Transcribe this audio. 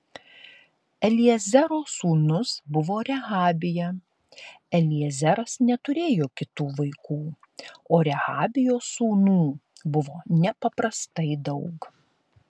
eliezero sūnus buvo rehabija eliezeras neturėjo kitų vaikų o rehabijos sūnų buvo nepaprastai daug